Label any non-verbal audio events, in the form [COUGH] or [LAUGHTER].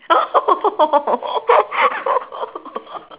[LAUGHS]